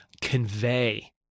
convey